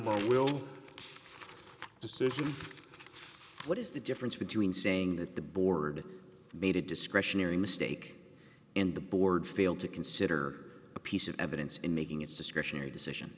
by will decision what is the difference between saying that the board made a discretionary mistake and the board failed to consider a piece of evidence in making its discretionary decision